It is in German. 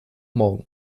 morgen